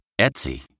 Etsy